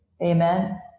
Amen